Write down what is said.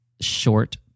short